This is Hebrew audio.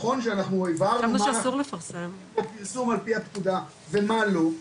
ונכון שאנחנו הבהרנו מה --- פרסום על פי הפקודה ומה לא.